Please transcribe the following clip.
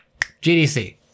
GDC